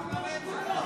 למה אין קריאות?